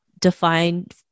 defined